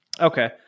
Okay